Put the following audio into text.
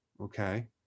okay